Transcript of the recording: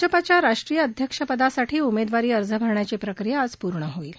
भाजपाच्या राष्ट्रीय अध्यक्षपदासाठी उमेदवारी अर्ज भरण्याची प्रक्रिया आज पूर्ण होईल